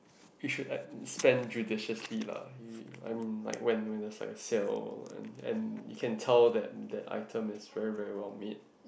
you should like spend judiciously lah you I mean when when there's like a sale and and you can tell that that item is very very well made